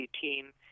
team